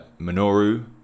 Minoru